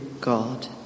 God